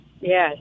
Yes